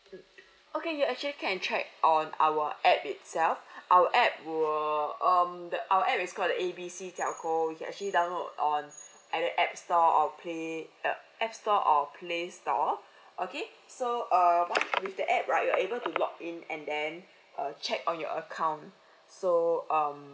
okay you actually can check on our app itself our app will um the our app is called A B C telco you can actually download on either app store or play uh app store or play store okay so err once with the app right you're able to log in and then check on your account so um